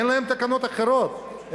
אין להם תקנות אחרות.